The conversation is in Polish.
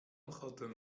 ochotę